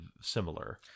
similar